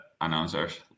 announcers